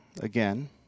again